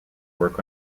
work